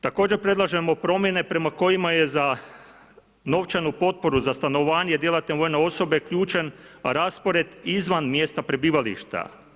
Također predlažemo promjene prema kojima je za novčanu potporu za stanovanje djelatne vojne osobe ključan raspored izvan mjesta prebivališta.